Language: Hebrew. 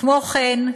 כמו כן,